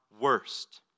worst